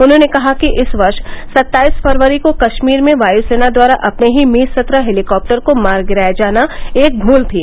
उन्होंने कहा कि इस वर्ष सत्ताईस फरवरी को कश्मीर में वायुसेना द्वारा अपने ही मी सत्रह हेलीकॉप्टर को मार गिराया जाना एक भूल थी